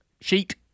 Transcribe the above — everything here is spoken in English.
sheet